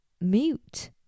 mute